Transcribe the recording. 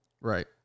Right